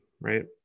right